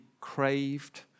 craved